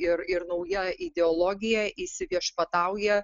ir ir nauja ideologija įsiviešpatauja